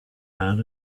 man